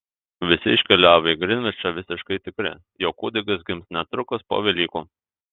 visi iškeliavo į grinvičą visiškai tikri jog kūdikis gims netrukus po velykų